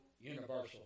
universal